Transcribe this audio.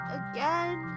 again